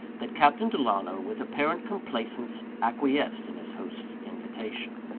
that captain delano, with apparent complaisance, acquiesced in his host's invitation.